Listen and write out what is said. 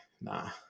nah